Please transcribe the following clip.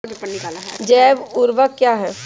जैव ऊर्वक क्या है?